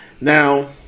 now